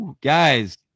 Guys